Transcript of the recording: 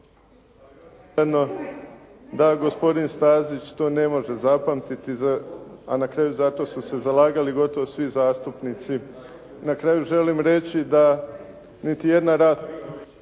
da gospodin Stazić to ne može zapamtiti, a na kraju za to su se zalagali gotovo svi zastupnici. Na kraju želim reći da niti jedna rasprava